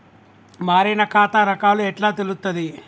మారిన ఖాతా రకాలు ఎట్లా తెలుత్తది?